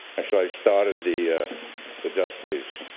actually i started the the dustys.